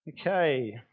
Okay